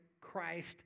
Christ